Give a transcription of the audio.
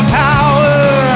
power